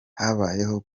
habayeho